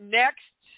next